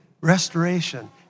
restoration